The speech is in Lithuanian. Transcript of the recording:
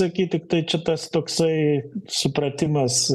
sakykit tai čia tas toksai supratimas